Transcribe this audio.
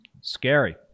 scary